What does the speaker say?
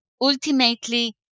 ultimately